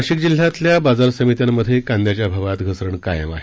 नाशिक जिल्ह्यातल्या बाजार समित्यांमधे कांद्याच्या भावात घसरण कायम आहे